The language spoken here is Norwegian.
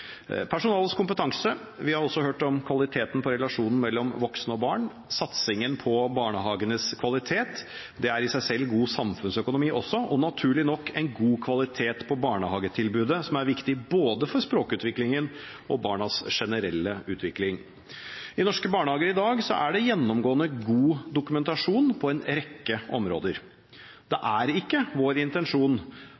personalets kompetanse, kvaliteten på relasjonen mellom voksne og barn, satsingen på barnehagenes kvalitet – det er i seg selv god samfunnsøkonomi også – og naturlig nok: en god kvalitet på barnehagetilbudet, som er viktig både for språkutviklingen og barnas generelle utvikling. I norske barnehager i dag er det gjennomgående god dokumentasjon på en rekke områder. Det